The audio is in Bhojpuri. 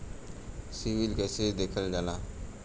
सिविल कैसे देखल जाला?